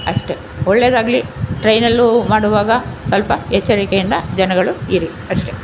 ಅಷ್ಟೇ ಒಳ್ಲೇದಾಗ್ಲಿ ಟ್ರೈನಲ್ಲೂ ಮಾಡುವಾಗ ಸ್ವಲ್ಪ ಎಚ್ಚರಿಕೆಯಿಂದ ಜನಗಳು ಇರಿ ಅಷ್ಟೇ